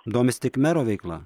domisi tik mero veikla